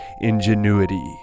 Ingenuity